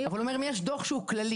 אבל האו אומר - אם יש דוח שהוא כללי,